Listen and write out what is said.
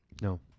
no